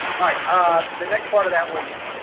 alright, ah, the next part of that was,